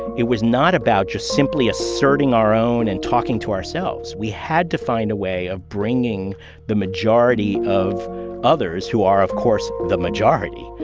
it was not about just simply asserting our own and talking to ourselves. we had to find a way of bringing the majority of others who are, of course, the majority